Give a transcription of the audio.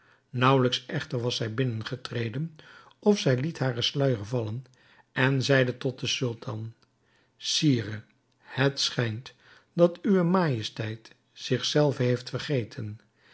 naauwelijks echter was zij binnengetreden of zij liet haren sluijer vallen en zeide tot den sultan sire het schijnt dat uwe majesteit zich zelve heeft vergeten